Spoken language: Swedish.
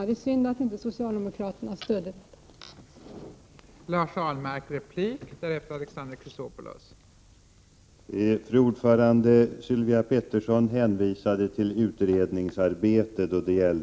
Det är synd att socialdemokraterna inte stött det förslaget.